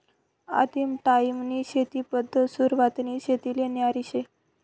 आदिम टायीमनी शेती पद्धत सुरवातनी शेतीले न्यारी शे